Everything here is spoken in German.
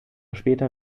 später